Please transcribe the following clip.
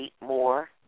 more